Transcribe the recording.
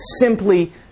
simply